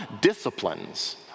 disciplines